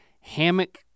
hammock